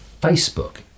Facebook